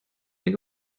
mehr